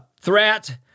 threat